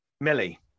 Millie